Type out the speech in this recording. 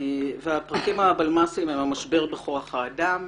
הפרקים הבלמ"סים הם המשבר בכוח האדם,